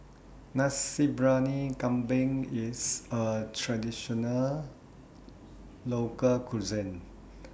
Nasi Briyani Kambing IS A Traditional Local Cuisine